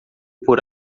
por